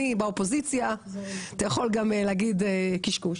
אני באופוזיציה אתה יכול גם להגיד קשקוש,